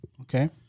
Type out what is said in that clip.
okay